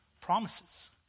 Promises